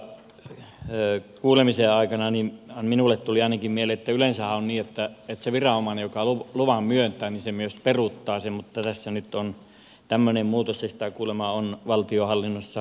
tuossa kuulemisen aikana ainakin minulle tuli mieleen että yleensähän on niin että se viranomainen joka luvan myöntää myös peruuttaa sen mutta tässä nyt on tämmöinen muutos ja sitä kuulemma on valtionhallinnossa muuallakin